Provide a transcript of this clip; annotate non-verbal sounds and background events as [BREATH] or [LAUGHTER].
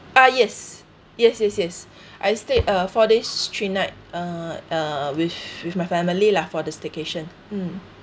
ah yes yes yes yes [BREATH] I stayed uh four days three night uh uh with with my family lah for the staycation mm